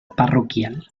parroquial